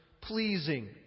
pleasing